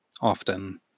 often